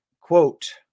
Quote